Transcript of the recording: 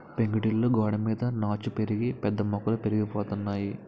పెంకుటిల్లు గోడలమీద నాచు పెరిగి పెద్ద మొక్కలు పెరిగిపోనాయి